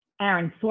Aaron